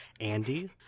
Andy